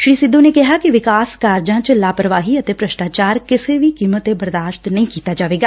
ਮੰਤਰੀ ਨੇ ਕਿਹਾ ਕਿ ਵਿਕਾਸ ਕੰਮਾਂ ਚ ਲਾਪਰਵਾਹੀ ਅਤੇ ਭ੍ਰਿਸ਼ਟਾਚਾਰ ਕਿਸੇ ਵੀ ਕੀਮਤ ਤੇ ਬਰਦਾਸ਼ਤ ਨਹੀ ਕੀਤਾ ਜਾਏਗਾ